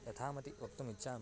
यथामति वक्तुमिच्छामि